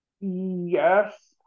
Yes